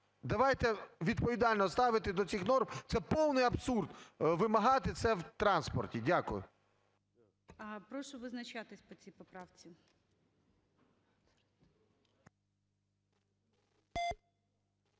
Давайте відповідально ставитись до цих норм, це повний абсурд – вимагати це в транспорті. Дякую. ГОЛОВУЮЧИЙ. Прошу визначатись по цій поправці.